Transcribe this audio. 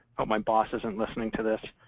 hope my boss isn't listening to this.